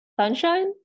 Sunshine